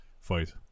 fight